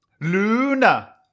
Luna